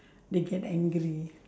they get angry